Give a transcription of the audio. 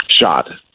shot